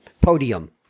Podium